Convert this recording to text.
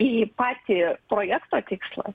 į patį projekto tikslą tai